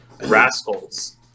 Rascals